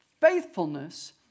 Faithfulness